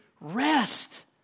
rest